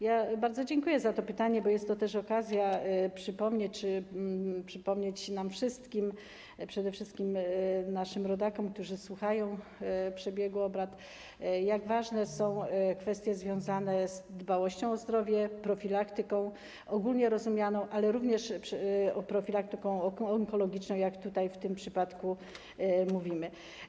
Ja bardzo dziękuję za to pytanie, bo jest to też okazja, żeby przypomnieć nam wszystkim, przede wszystkim naszym rodakom, którzy słuchają przebiegu obrad, jak ważne są kwestie związane z dbałością o zdrowie, profilaktyką ogólnie rozumianą, ale również profilaktyką onkologiczną, jak przypadek, o którym mówimy.